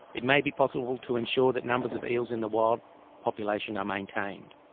it may be possible to ensure that numbers of eels in the wild population are maintained.